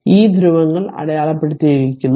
ഈ ധ്രുവങ്ങൾ അടയാളപ്പെടുത്തിയിരിക്കുന്നു